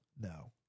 No